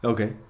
Okay